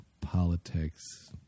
politics